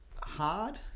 hard